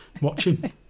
watching